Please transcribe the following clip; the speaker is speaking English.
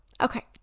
Okay